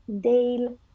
Dale